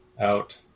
out